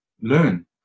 learn